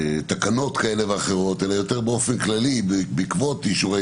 תקנות כאלה ואחרות אלא שומעים אותם יותר באופן כללי בעקבות אישורי